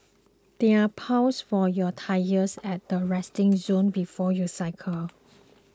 there are pumps for your tyres at the resting zone before you cycle